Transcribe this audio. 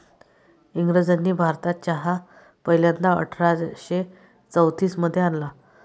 इंग्रजांनी भारतात चहा पहिल्यांदा अठरा शे चौतीस मध्ये आणला